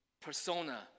persona